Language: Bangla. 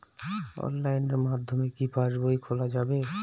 অনলাইনের মাধ্যমে কি পাসবই খোলা যাবে?